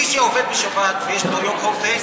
מי שעובד בשבת ויש לו יום חופש,